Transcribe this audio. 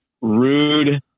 rude